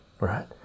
Right